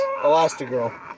Elastigirl